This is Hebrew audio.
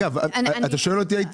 אם אתה שואל אותי,